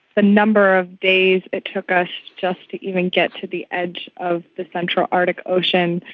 the number of days it took us just to even gets to the edge of the central arctic ocean,